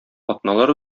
атналар